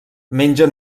menja